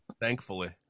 Thankfully